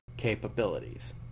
capabilities